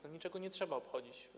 Tam niczego nie trzeba obchodzić.